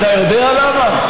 אתה יודע למה?